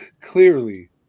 Clearly